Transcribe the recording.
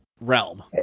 realm